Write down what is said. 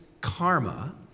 karma